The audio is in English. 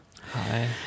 Hi